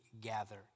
gather